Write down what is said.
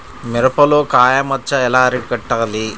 మిరపలో కాయ మచ్చ ఎలా అరికట్టాలి?